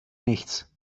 nichts